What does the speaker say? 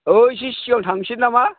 औ एसे सिगां थांसै नामा